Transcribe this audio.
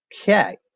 Okay